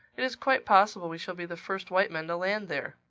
it is quite possible we shall be the first white men to land there.